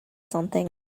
something